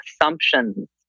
assumptions